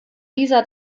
dieser